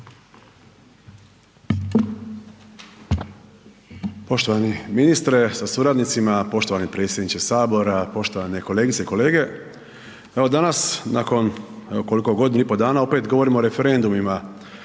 Poštovani ministre sa suradnicima, poštovani predsjedniče HS, poštovane kolegice i kolege, evo danas nakon evo koliko, godinu i po dana, opet govorimo o referendumima